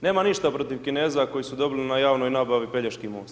Nemam ništa protiv Kineza koji su dobili na javnoj nabavi Pelješki most.